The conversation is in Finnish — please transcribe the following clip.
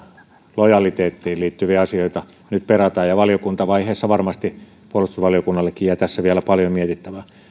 lojaliteettiin liittyviä asioita nyt perataan ja valiokuntavaiheessa varmasti puolustusvaliokunnallekin jää tässä vielä paljon mietittävää